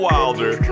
Wilder